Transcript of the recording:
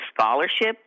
scholarship